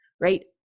Right